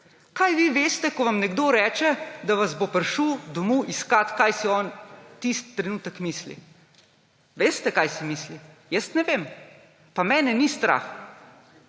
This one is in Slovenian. Kaj vi veste, ko vam nekdo reče, da vas bo prišel domov iskat, kaj si on tisti trenutek misli? Veste, kaj si misli? Jaz ne vem. Pa mene ni strah,